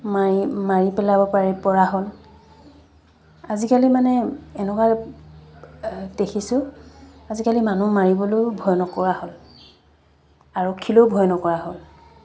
মাৰি মাৰি পেলাব পাৰে পৰা হ'ল আজিকালি মানে এনেকুৱা দেখিছোঁ আজিকালি মানুহ মাৰিবলৈয়ো ভয় নকৰা হ'ল আৰক্ষীলৈয়ো ভয় নকৰা হ'ল